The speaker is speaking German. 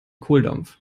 kohldampf